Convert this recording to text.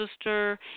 sister